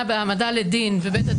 יותר גדולה על הוועדה --- יותר גדולה?